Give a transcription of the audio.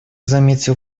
заметил